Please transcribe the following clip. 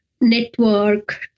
network